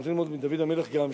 אנחנו צריכים ללמוד מדוד המלך גם,